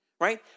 Right